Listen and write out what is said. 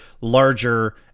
larger